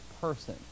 person